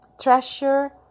treasure